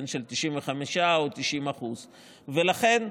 של 95% או 90%. לכן,